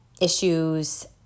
issues